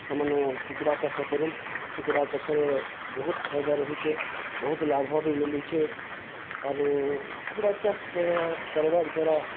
ସେମାନେ କୁକୁଡ଼ା ଚାଷ କରନ୍ କୁକୁଡ଼ା ଚାଷରେ ବହୁତ ଫାଇଦା ରହୁଛେ ବହୁତ ଲାଭ ବି ମିଳୁଛେ ଆରୁ କୁକୁଡ଼ା ଚାଷ କରବାର୍ ଦ୍ୱାରା